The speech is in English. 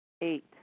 Eight